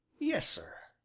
yes, sir.